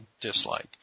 dislike